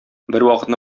бервакытны